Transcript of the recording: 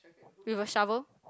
with a shovel